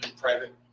private